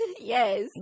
Yes